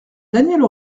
danielle